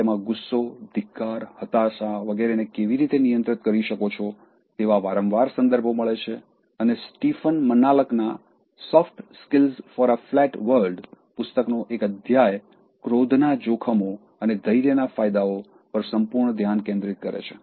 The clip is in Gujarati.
તેમાં ગુસ્સો ધિક્કાર હતાશા વગેરેને કેવી રીતે નિયંત્રિત કરી શકો છો તેવા વારંવાર સંદર્ભો મળે છે અને સ્ટીફન મન્નાલ્લકના soft skills for a flat world પુસ્તકનો એક અધ્યાય ક્રોધના જોખમો અને ધૈર્યના ફાયદાઓ પર સંપૂર્ણ ધ્યાન કેન્દ્રિત કરે છે